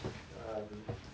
um